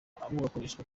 ugakoresha